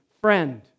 friend